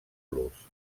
los